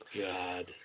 God